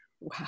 wow